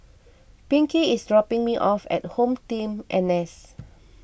Pinkie is dropping me off at HomeTeam N S